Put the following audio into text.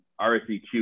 RSEQ